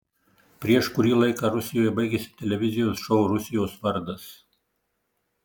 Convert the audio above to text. prieš kurį laiką rusijoje baigėsi televizijos šou rusijos vardas